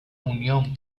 unión